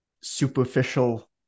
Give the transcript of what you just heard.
superficial